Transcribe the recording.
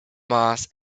mass